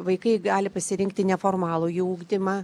vaikai gali pasirinkti neformalųjį ugdymą